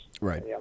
Right